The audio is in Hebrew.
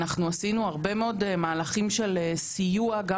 עשינו הרבה מאוד מהלכים של סיוע גם